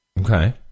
Okay